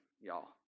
y'all